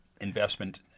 investment